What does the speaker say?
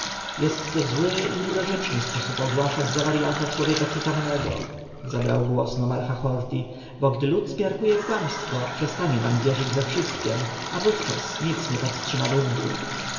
jest to zły i niedorzeczny sposób ogłaszać za warjata człowieka przytomnego zabrał głos nomarcha horti bo gdy lud zmiarkuje kłamstwo przestanie nam wierzyć we wszystkiem a wówczas nic nie powstrzyma buntu